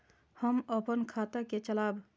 हम अपन खाता के चलाब?